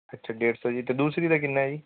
ਅੱਛਾ ਡੇਢ ਸੌ ਜੀ ਅਤੇ ਦੂਸਰੀ ਦਾ ਕਿੰਨਾ ਹੈ ਜੀ